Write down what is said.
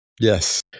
Yes